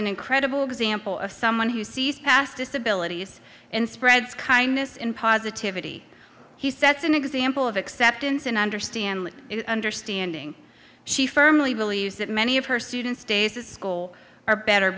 an incredible example of someone who sees past disabilities and spreads kindness in positivity he sets an example of acceptance and understand understanding she firmly believes that many of her students days the school are better